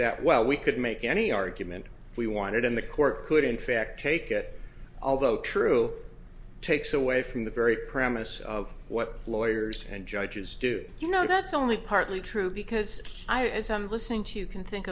that well we could make any argument we wanted in the court could in fact take that although true takes away from the very premise of what lawyers and judges do you know that's only partly true because i as i'm listening to you can think